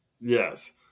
Yes